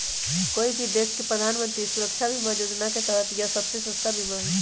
कोई भी देश के प्रधानमंत्री सुरक्षा बीमा योजना के तहत यह सबसे सस्ता बीमा हई